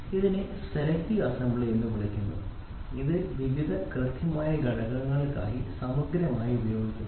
ഇതിനെ selective assembly എന്ന് വിളിക്കുന്നു ഇത് വിവിധ കൃത്യമായ ഘടകങ്ങൾക്കായി സമഗ്രമായി ഉപയോഗിക്കുന്നു